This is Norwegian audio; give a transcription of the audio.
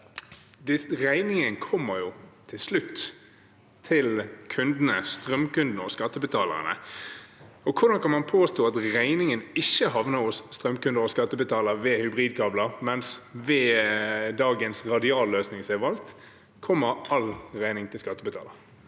Regningen kommer jo til slutt til kundene, til strømkundene og skattebetalerne. Hvordan kan man påstå at regningen ikke havner hos strømkundene og skattebetalerne ved hybridkabler, mens ved dagens radialløsning, som er valgt, kommer hele regningen til skattebetalerne?